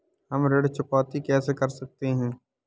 हम ऋण चुकौती कैसे कर सकते हैं?